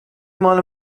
ماله